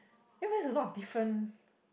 that makes a lot of different